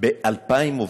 ב-2,000 עובדים,